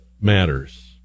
matters